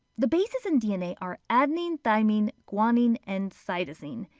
the bases in dna are adenine, thymine, guanine, and cytosine.